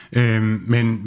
Men